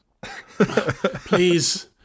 Please